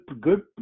good